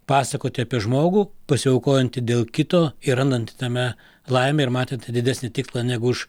pasakoti apie žmogų pasiaukojantį dėl kito ir randantį tame laimę ir matantį didesnį tikslą negu už